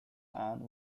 ion